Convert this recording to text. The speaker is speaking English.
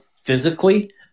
physically